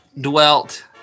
dwelt